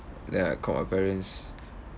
then I called my parents